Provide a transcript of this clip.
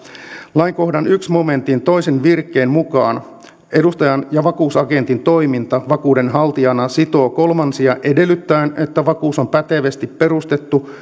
lainkohdan ensimmäisen momentin toisen virkkeen mukaan edustajan ja vakuus agentin toiminta vakuudenhaltijana sitoo kolmansia edellyttäen että vakuus on pätevästi perustettu